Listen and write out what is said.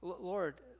Lord